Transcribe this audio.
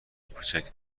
کوچیک